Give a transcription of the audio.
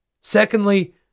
Secondly